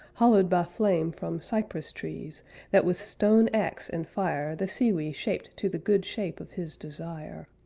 hollowed by flame from cypress trees that with stone ax and fire the sewee shaped to the good shape of his desire.